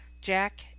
Jack